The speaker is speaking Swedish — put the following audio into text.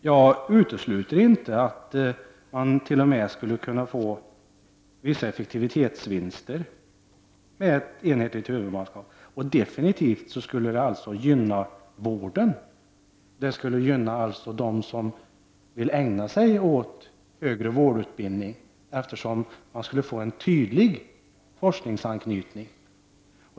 Jag utesluter inte att man t.o.m. skulle kunna få vissa effektivitetsvinster med ett enhetligt huvudmannaskap. Det skulle definitivt gynna dem som vill ägna sig åt högre vårdutbildning, vilka skulle få en tydlig forskningsanknytning.